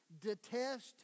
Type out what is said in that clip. detest